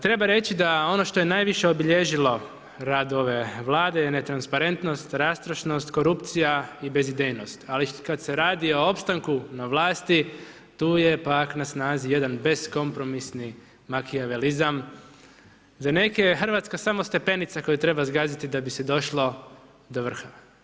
Treba reći da ono što je najviše obilježilo rad ove Vlade je netransparentnost, rastrošnost, korupcija i bezidejnost ali kad se radi o opstanku na vlasti, tu je pak na snazi jedan beskompromisni makijavelizam, za neke Hrvatska je samo stepenica koju treba zgaziti da bi se došlo do vrha.